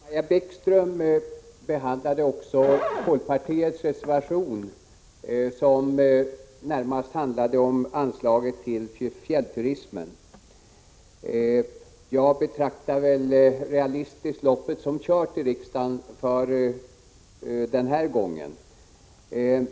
Fru talman! Maja Bäckström tog även upp folkpartiets reservation som närmast handlade om anslaget till fjällturismen. Jag är realistisk och betraktar ”loppet som kört” i riksdagen den här gången.